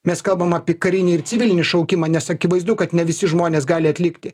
mes kalbam apie karinį ir civilinį šaukimą nes akivaizdu kad ne visi žmonės gali atlikti